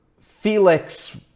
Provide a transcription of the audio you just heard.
Felix